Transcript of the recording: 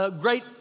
great